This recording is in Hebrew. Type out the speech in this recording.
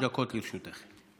13 חברי כנסת הצביעו